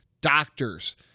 doctors